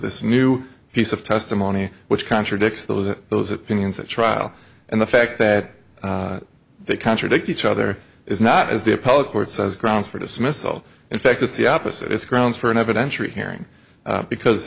this new piece of testimony which contradicts those in those opinions at trial and the fact that they contradict each other is not as the appellate court says grounds for dismissal in fact it's the opposite it's grounds for an evidentiary hearing because